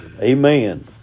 Amen